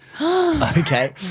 Okay